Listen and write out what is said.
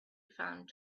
found